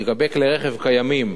לגבי כלי-רכב קיימים,